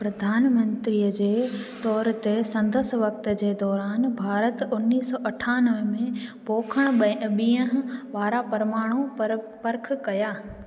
प्रधान मंत्रीअ जे तौर ते संदसि वक़्तु जे दौरानि भारत उन्नीस सौ अठानवे में पोखण बए बीहं बारहं परमाणु परख पर्ख कया